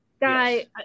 guy